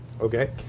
Okay